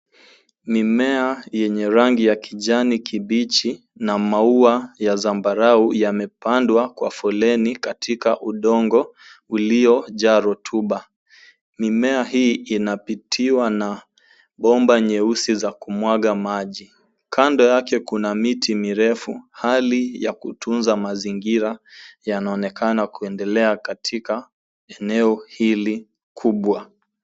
Mimea yenye rangi ya kijani kibichi na maua ya zambarau imepandwa kwa foleni katika udongo uliojaa rutuba. Mimea hii inapitiwa na bomba nyeusi za kumwaga maji. Kando yake kuna miti mirefu. Halli ya kutunza mazingira yanaonekana kuendelea katika eneo hili kubwa.